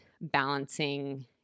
balancing